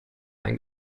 ein